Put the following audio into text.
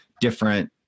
different